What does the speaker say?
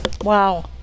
wow